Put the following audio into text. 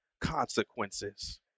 consequences